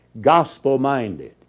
Gospel-minded